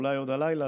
אולי עוד הלילה,